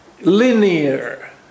Linear